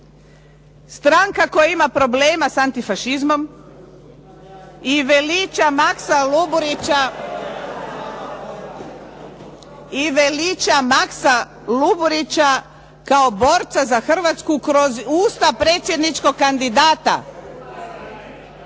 Stranka koja ima problema s antifašizmom i veliča Maxa Luburića kao borca za Hrvatsku kroz usta predsjedničkog kandidata,